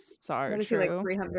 Sorry